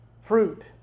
fruit